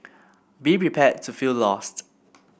be prepared to feel lost